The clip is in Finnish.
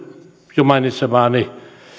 jo mainitsemaani